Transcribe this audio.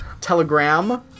Telegram